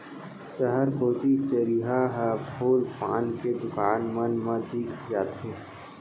सहर कोती चरिहा ह फूल पान के दुकान मन मा दिख जाथे